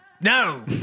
No